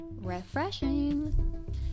refreshing